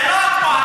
זה לא כמו הליכוד,